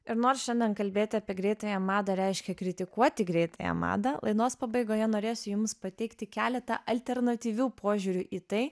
ir nors šiandien kalbėti apie greitąją madą reiškia kritikuoti greitąją madą laidos pabaigoje norėsiu jums pateikti keletą alternatyvių požiūrių į tai